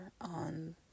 on